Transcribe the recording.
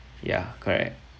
ya correct